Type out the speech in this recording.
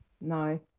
no